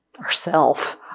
Ourself